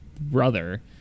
brother